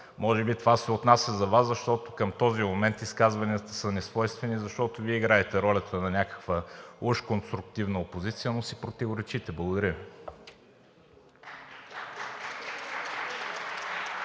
Може би това се отнася за Вас, защото към този момент изказванията са несвойствени. Защото Вие играете ролята на някаква уж конструктивна опозиция, но си противоречите. Благодаря